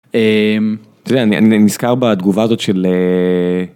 אתה יודע , אני נזכר בתגובה הזאת של.